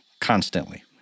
constantly